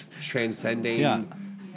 transcending